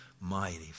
mighty